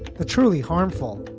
the truly harmful.